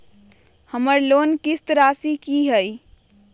हमर लोन किस्त राशि का हई?